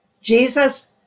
Jesus